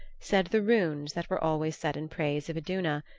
said the runes that were always said in praise of iduna,